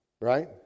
Right